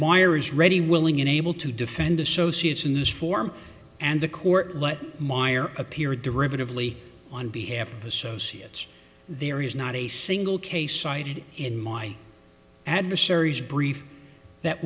meyer is ready willing and able to defend associates in this form and the court let meyer appear derivative lee on behalf of associates there is not a single case cited in my adversaries brief that